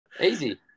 Easy